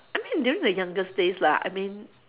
I mean during the younger days lah I mean